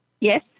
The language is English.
Yes